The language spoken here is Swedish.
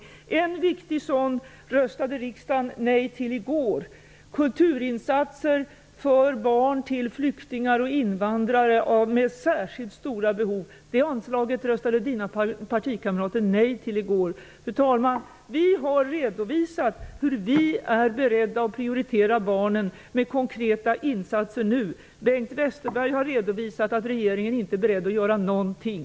Bengt Westerbergs partikamrater röstade i går nej till ett anslag till en viktig sådan åtgärd, nämligen kulturinsatser för barn till flyktingar och invandrare med särskilt stora behov. Fru talman! Vi har redovisat hur vi är beredda att prioritera barnen med konkreta insatser nu. Bengt Westerberg har redovisat att regeringen inte är beredd att göra någonting.